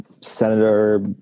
senator